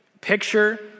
Picture